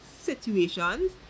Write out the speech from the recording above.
situations